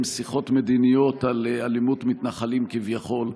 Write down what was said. שיחות מדיניות על אלימות מתנחלים כביכול,